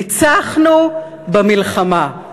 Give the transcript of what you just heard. ניצחנו במלחמה.